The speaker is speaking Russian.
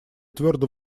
твердо